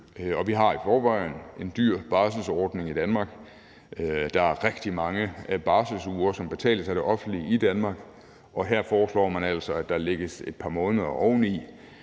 vi har i forvejen en dyr barselsordning i Danmark. Der er rigtig mange barselsuger, som betales af det offentlige i Danmark, og her foreslår man altså, at der lægges et par måneder oveni,